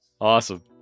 Awesome